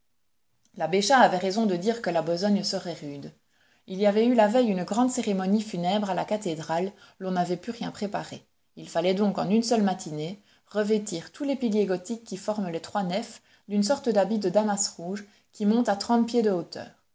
l'abbé chas avait raison de dire que la besogne serait rude il y avait eu la veille une grande cérémonie funèbre à la cathédrale l'on n'avait pu rien préparer il fallait donc en une seule matinée revêtir tous les piliers gothiques qui forment les trois nefs d'une sorte d'habit de damas rouge qui monte à trente pieds de hauteur